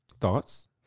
Thoughts